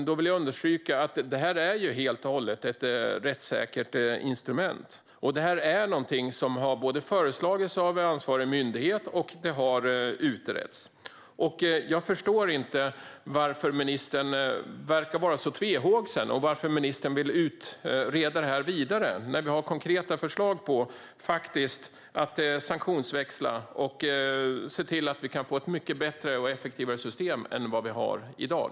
Då vill jag understryka att detta helt och hållet är ett rättssäkert instrument. Detta är någonting som har föreslagits av ansvarig myndighet, och det har utretts. Jag förstår inte varför ministern verkar vara så tvehågsen och varför ministern vill utreda detta vidare. Vi har konkreta förslag om att sanktionsväxla, och vi kan se till att vi får ett mycket bättre och effektivare system än vad vi har i dag.